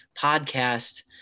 podcast